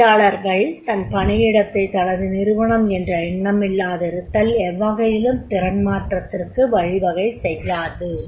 தொழிலாளர்கள் தன் பணியிடத்தைத் தனது நிறுவனம் என்ற எண்ணமில்லாதிருத்தல் எவ்வகையிலும் திறன்மாற்றத்திற்கு வழிவகைசெய்யாது